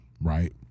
right